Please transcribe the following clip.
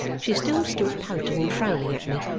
she still stood pouting and frowning at me,